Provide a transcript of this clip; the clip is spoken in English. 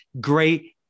great